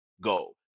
go